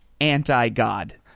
anti-God